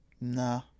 Nah